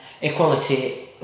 equality